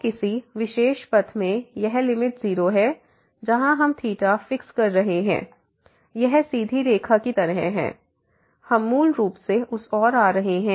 तो किसी विशेष पथ में यह लिमिट 0 है जहां हम फिक्स कर रहे हैं यह सीधी रेखा की तरह है हम मूल रूप से उस ओर आ रहे होते हैं